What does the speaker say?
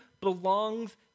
belongs